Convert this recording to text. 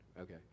Okay